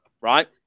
right